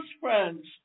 friends